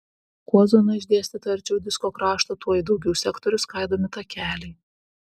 kuo zona išdėstyta arčiau disko krašto tuo į daugiau sektorių skaidomi takeliai